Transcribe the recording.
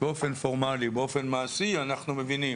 באופן פורמלי, אבל באופן מעשי, אנחנו מבינים.